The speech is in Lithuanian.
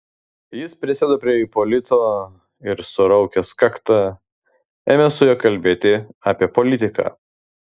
jis prisėdo prie ipolito ir suraukęs kaktą ėmė su juo kalbėti apie politiką